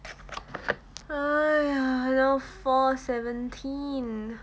!aiya! now four seventeen